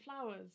flowers